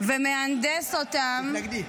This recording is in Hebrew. ומהנדס אותם -- תתנגדי.